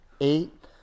eight